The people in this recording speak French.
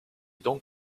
donc